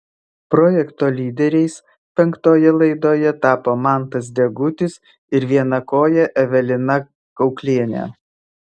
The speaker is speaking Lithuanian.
projekto lyderiais penktoje laidoje tapo mantas degutis ir vienakojė evelina kauklienė